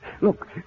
Look